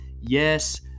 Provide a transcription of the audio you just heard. Yes